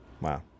Wow